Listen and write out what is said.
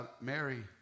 Mary